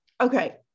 Okay